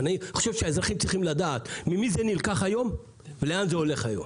אני חושב שהאזרחים צריכים לדעת ממי זה נלקח היום ולאן זה הולך היום,